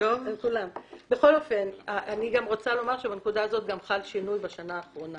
רוצה לומר שבנקודה הזו חל שינוי בשנה האחרונה